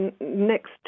next